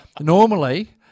normally